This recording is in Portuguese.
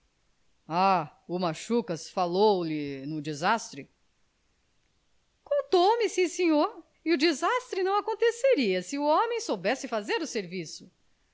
ah o machucas falou-lhe no desastre contou mo sim senhor e o desastre não aconteceria se o homem soubesse fazer o serviço